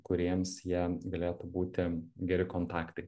kuriems jie galėtų būti geri kontaktai